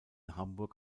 hamburg